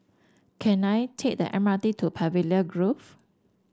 can I take the M R T to Pavilion Grove